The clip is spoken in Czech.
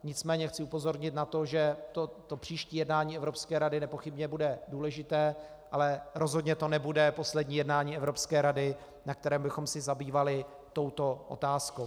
Nicméně chci upozornit na to, že to příští jednání Evropské rady nepochybně bude důležité, ale rozhodně to nebude poslední jednání Evropské rady, na kterém bychom se zabývali touto otázkou.